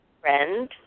friend